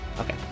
Okay